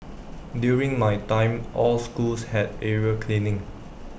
during my time all schools had area cleaning